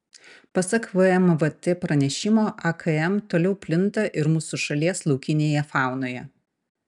pasak vmvt pranešimo akm toliau plinta ir mūsų šalies laukinėje faunoje